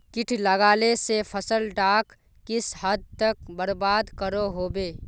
किट लगाले से फसल डाक किस हद तक बर्बाद करो होबे?